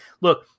look